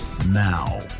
Now